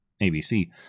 ABC